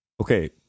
Okay